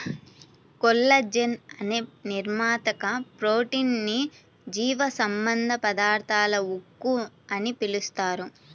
collagen అనే నిర్మాణాత్మక protein ని జీవసంబంధ పదార్థాల ఉక్కు అని పిలుస్తారు